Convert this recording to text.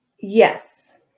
Yes